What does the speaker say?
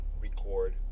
record